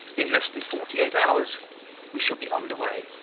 in less than forty-eight hours we shall be under weigh.